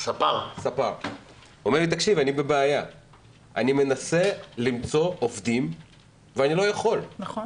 הוא אומר לי שהוא מנסה למצוא עובדים ולא מצליח.